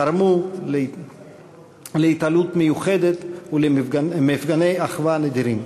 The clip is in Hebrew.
תרמו להתעלות מיוחדת ולמפגני אחווה נדירים.